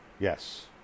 Yes